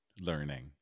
learning